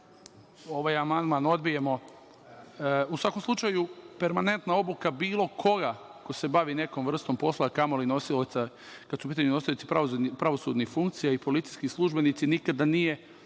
ovaj amandman odbijemo.U svakom slučaju permanentna obuka bilo koga ko se bavi nekom vrstom posla, a kamoli nosioca, kada su u pitanju nosioci pravosudnih funkcija i policijski službenici nikada nije